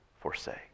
forsake